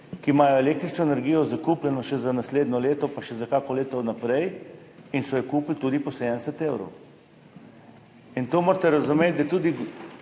ki imajo električno energijo zakupljeno še za naslednje leto pa še za kako leto vnaprej in so jo kupili tudi po 70 evrov. To morate razumeti, da tudi